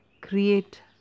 create